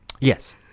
Yes